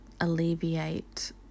alleviate